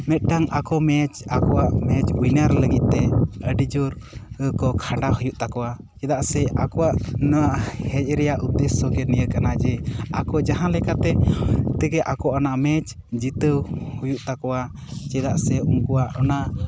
ᱢᱤᱫᱴᱟᱝ ᱟᱠᱚ ᱢᱮᱪ ᱟᱠᱚᱣᱟᱜ ᱢᱮᱪ ᱩᱭᱱᱟᱨ ᱞᱟᱹᱜᱤᱫᱛᱮ ᱟᱹᱰᱤ ᱡᱳᱨ ᱠᱚ ᱠᱷᱟᱴᱟᱣ ᱦᱩᱭᱩᱜ ᱛᱟᱠᱚᱣᱟ ᱪᱮᱫᱟᱜ ᱥᱮ ᱟᱠᱚᱣᱟᱜ ᱱᱚᱶᱟ ᱦᱮᱡ ᱨᱮᱭᱟᱜ ᱩᱫᱫᱮᱥᱚ ᱱᱤᱭᱟᱹ ᱠᱟᱱᱟ ᱡᱮ ᱟᱠᱚ ᱡᱟᱸᱦᱟ ᱞᱮᱠᱟ ᱛᱮ ᱛᱮᱜᱮ ᱟᱠᱚ ᱚᱱᱟ ᱢᱮᱪ ᱡᱤᱛᱟᱹᱣ ᱦᱩᱭᱩᱜ ᱛᱟᱠᱚᱣᱟ ᱪᱮᱫᱟᱜ ᱥᱮ ᱩᱱᱠᱩᱣᱟᱜ